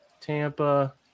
Tampa